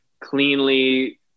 cleanly